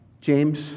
James